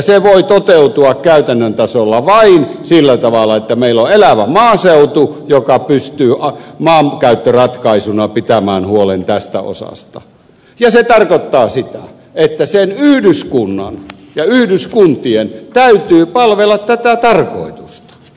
se voi toteutua käytännön tasolla vain sillä tavalla että meillä on elävä maaseutu joka pystyy maankäyttöratkaisuna pitämään huolen tästä osasta ja se tarkoittaa sitä että sen yhdyskunnan ja yhdyskuntien täytyy palvella tätä tarkoitusta